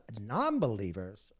non-believers